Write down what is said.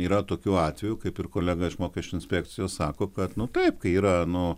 yra tokių atvejų kaip ir kolega iš mokesčių inspekcijos sako kad nu taip kai yra nu